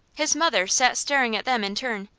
his mother sat staring at them in turn.